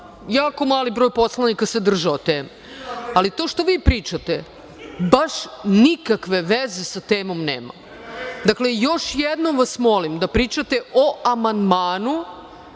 jako mali broj poslanika se držao teme, ali to što vi pričate, baš nikakve veze sa temom nema. Dakle, još jednom vas molim da pričate o amandmanu,